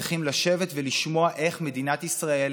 צריכים לשבת ולשמוע איך מדינת ישראל,